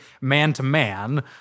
man-to-man